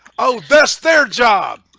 oh that's their job